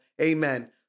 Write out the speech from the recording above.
amen